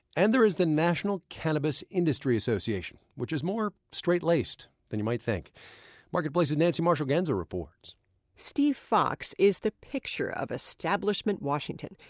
and there's the national cannabis industry association, which is more straight-laced than you might think marketplace's nancy marshall genzer reports steve fox is the picture of establishment washington.